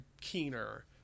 keener